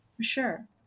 Sure